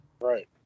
right